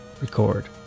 record